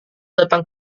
datang